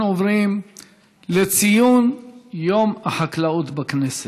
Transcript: אנחנו עוברים לציון יום החקלאות בכנסת.